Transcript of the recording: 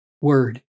word